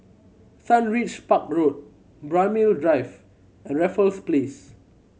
Sundridge Park Road Braemar Drive and Raffles Place